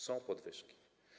Są podwyżki.